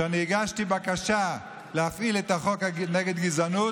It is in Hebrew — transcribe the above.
כשאני הגשתי בקשה להפעיל את החוק נגד גזענות,